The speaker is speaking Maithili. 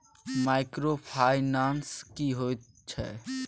माइक्रोफाइनान्स की होय छै?